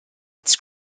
its